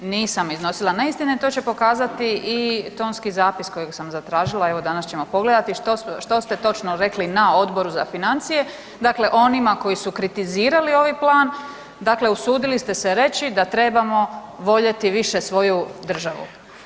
Nisam iznosila neistine, to će pokazati i tonski zapis kojeg sam zatražila, evo danas ćemo pogledati što ste točno rekli na Odboru za financije, dakle onima koji su kritizirali ovaj plan, dakle usudili ste se reći da trebamo voljeti više svoju državu.